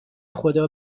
خدا